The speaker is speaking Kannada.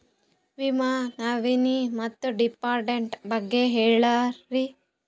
ವಿಮಾ ನಾಮಿನಿ ಮತ್ತು ಡಿಪೆಂಡಂಟ ಬಗ್ಗೆ ಹೇಳರಿ?